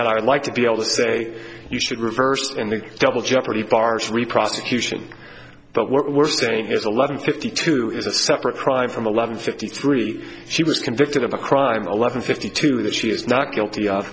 would like to be able to say you should reverse and double jeopardy bars three prosecution but what we're saying is eleven fifty two is a separate crime from eleven fifty three she was convicted of a crime eleven fifty two that she is not guilty of